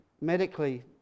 medically